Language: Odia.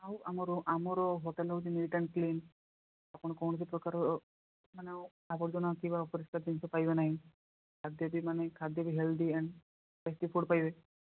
ଆଉ ଆମର ଆମର ହୋଟେଲ ହଉଛି ନିଟ୍ ଏଣ୍ଡ କ୍ଲିନ୍ ଆପଣ କୌଣସିପ୍ରକାର ଅ ମାନେ ଆବର୍ଜନା କିବା ଅପରିଷ୍କାର ଜିନିଷ ପାଇବେ ନାହିଁ ଖାଦ୍ୟ ବି ମାନେ ଖାଦ୍ୟ ବି ହେଲ୍ଦି ଏଣ୍ଡ ଟେଷ୍ଟି ଫୁଡ଼ ପାଇବେ